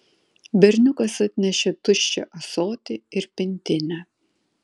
berniukas atnešė tuščią ąsotį ir pintinę